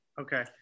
Okay